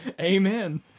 Amen